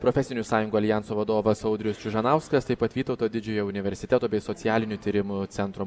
profesinių sąjungų aljanso vadovas audrius čiužanauskas taip pat vytauto didžiojo universiteto bei socialinių tyrimų centro